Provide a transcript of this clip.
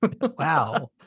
Wow